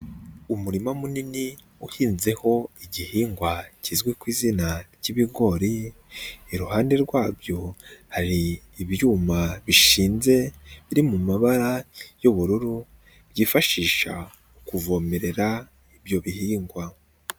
Umurima munini uhinzeho igihingwa kizwi ku izina ry'ibigori, iruhande rwabyo hari ibyuma bishinze biri mu mabara y'ubururu byifashisha kuvomerera ibyo bihingwa.